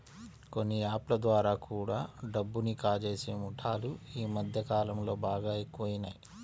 కొన్ని యాప్ ల ద్వారా కూడా డబ్బుని కాజేసే ముఠాలు యీ మద్దె కాలంలో బాగా ఎక్కువయినియ్